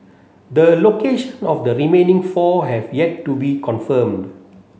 the location of the remaining four have yet to be confirmed